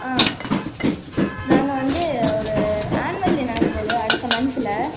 ஆ நாங்கள் வந்து ஒரு ஆன்வல் டே நடக்கப்போகுது அடுத்த மன்த்தில்